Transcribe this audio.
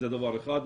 זה דבר אחד.